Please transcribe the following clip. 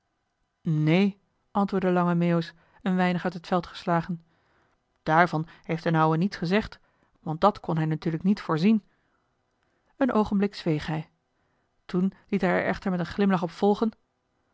neen antwoordde lange meeuwis een weinig uit het veld geslagen daarvan heeft d'n ouwe niets gezegd want dat kon hij natuurlijk niet voorzien een oogenblik zweeg hij toen liet hij er echter met een glimlach op volgen